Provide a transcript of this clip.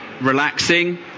relaxing